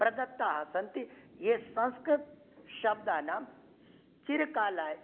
प्रदत्ताः सन्ति ये संस्कृतशब्दानां चि चिरकालाय